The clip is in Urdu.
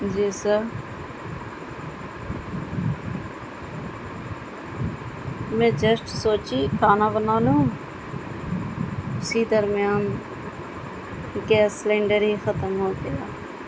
جی سب میں جسٹ سوچی کھانا بنا لوں اسی درمیان گیس سلنڈر ہی ختم ہو گیا